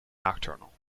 nocturnal